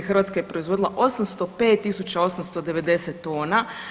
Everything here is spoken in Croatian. Hrvatska je proizvodila 805.890 tona.